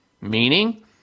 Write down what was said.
meaning